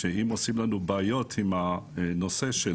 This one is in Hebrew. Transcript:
כך שאם עושים לנו בעיות עם הנושא של